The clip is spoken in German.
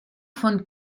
von